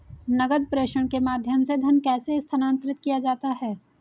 नकद प्रेषण के माध्यम से धन कैसे स्थानांतरित किया जाता है?